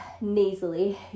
nasally